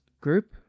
group